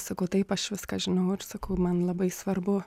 sakau taip aš viską žinau ir sakau man labai svarbu